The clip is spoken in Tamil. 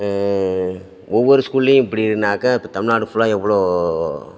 ஒவ்வொரு ஸ்கூல்லையும் இப்படின்னாக்க இப்போ தமிழ்நாடு ஃபுல்லாக எவ்வளோ